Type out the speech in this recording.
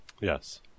Yes